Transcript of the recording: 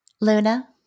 Luna